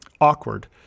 awkward